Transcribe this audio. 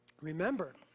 remember